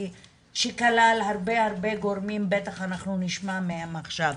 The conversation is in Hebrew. שכלל הרבה גורמים שבטח נשמע מהם עכשיו.